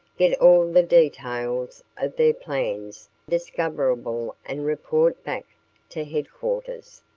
get all the details of their plans discoverable and report back to headquarters.